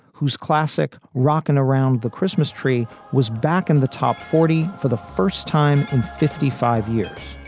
whose classic rock and around the christmas tree was back in the top forty for the first time in fifty five years